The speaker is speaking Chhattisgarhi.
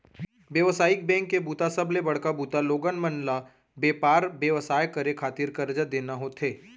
बेवसायिक बेंक के सबले बड़का बूता लोगन मन ल बेपार बेवसाय करे खातिर करजा देना होथे